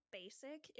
basic